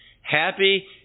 Happy